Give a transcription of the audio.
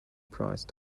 prize